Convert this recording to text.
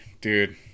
dude